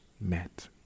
met